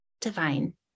divine